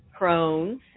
Crohn's